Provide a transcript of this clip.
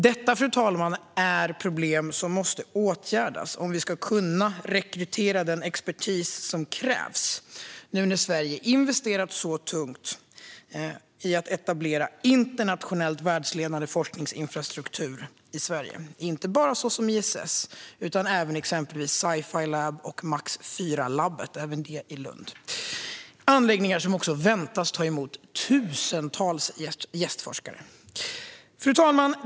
Detta är ett problem som måste åtgärdas om vi ska kunna rekrytera den expertis som krävs nu när Sverige har investerat så tungt i att etablera internationellt världsledande forskningsinfrastruktur i Sverige, fru talman. Det gäller inte bara ESS utan även exempelvis Sci Life Lab och Max IV-laboratoriet, som också det ligger i Lund. Det är anläggningar som väntas ta emot tusentals gästforskare. Fru talman!